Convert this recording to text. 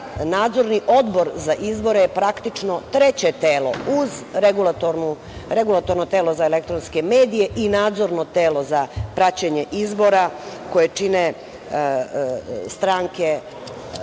Nadzorni odbor za izbor je, praktično treće telo uz Regulatorno telo za elektronske medije i Nadzorno telo za praćenje izbora koje čine stranke